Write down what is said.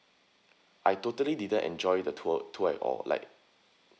I totally didn't enjoy the tour tour at all like